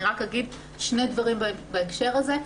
אני רק אגיד שני דברים בהקשר הזה,